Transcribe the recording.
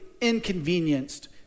inconvenienced